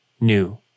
new